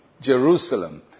Jerusalem